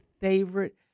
favorite